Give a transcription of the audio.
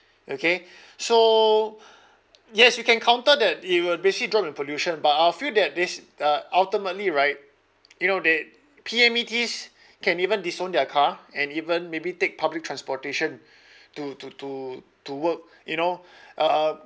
okay so yes you can counter that it will basically drop in pollution but I feel that this uh ultimately right you know they P_M_E_Ts can even disown their car and even maybe take public transportation to to to to work you know uh